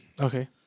okay